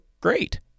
great